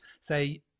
Say